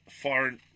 foreign